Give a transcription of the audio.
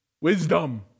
Wisdom